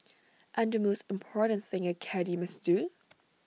and the most important thing A caddie must do